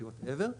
אלפא whatever,